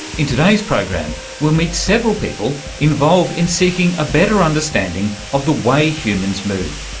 in today's program we'll meet several people involved in seeking a better understanding of the way humans move,